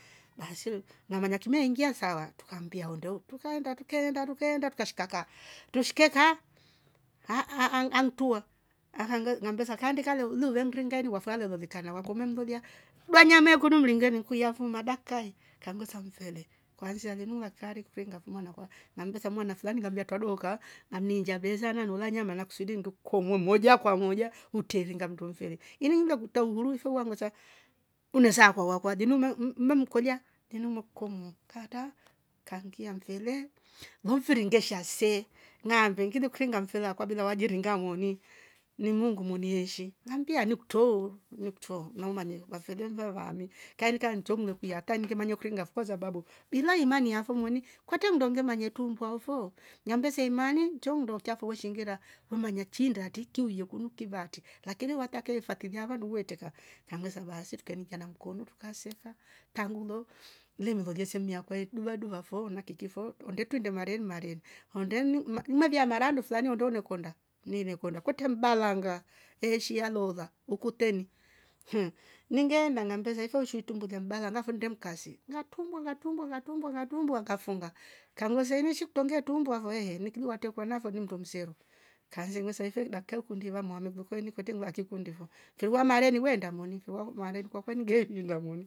Baasi u ngamanya kimeeingia sava, trukambie onde huutrukeenda, trukeenda. trukeenda trukeenda tukasika kaa, tushike kaa aaah antua kaindika ili uvenringa ini kwa fura walolikana wake umelolya, dua nyama yo kunu mringeni ku yafuma dakika yi kambesa mfele kwansia linu ngila ikaari ikuringa fo mwanakwa ngammbesa mwana fulani ngambesa twra dooka ngamniinjya besa nanoola nyama nakusudi ngiku komoe mojakwa mojautre iringa mndu mfele ini ngilie kupa uhuru ufe wangvesa. linu umemkolya linu nimekukomoa kata kangia mfele lo mfiri ngesha se naangilikuringa bila wajiringa moni ni muungu moni eeshi ngammbia nikutrou nikutro umanye na umanye vafele vaevaami kaindika ncho ngilekuiya hata ini ngemanya ikuringa fo kwa sababu bila imani yafo moni kwtre nndo ngemanya itrumbua oh fo ngambesa imani ncho nndo chafo we shengera chi nda atri kiuye kunu kive atrii lakini wataka ifatilia vandu we treka kangvesa baasi trukainingana mkono trukaseka tangu lo ngileme lolye se mmi ekuduva duva fo na kiki fo, onde truinde mareni mareni onde nimevyaa mara handu flani onde une konda niive konda kwetre mbalanga neeshi aleoola ukuteni, iningeenda ngambesa ife uishi itrumbulia mbala fonnde mkasi ngatrumbwa. ngatrumbwa. ngatrumbwa ngafunga kangivesa ini shi kutro ngetrumbwa fo ehe niiki watrekwa nafe nimndu msero kaansa invesa ife dakika yi ukundi iva kwetre ngilachi kundi fo mfiri wa maareni weenda moni